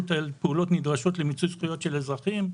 על פעולות נדרשות למיצוי זכויות של אזרחים.